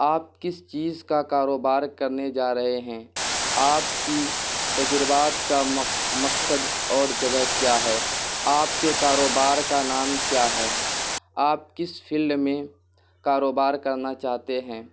آپ کس چیز کا کاروبار کرنے جا رہے ہیں آپ کی تجربات کا مقصد اور جگہ کیا ہے آپ کے کاروبار کا نام کیا ہے آپ کس فیلڈ میں کاروبار کرنا چاہتے ہیں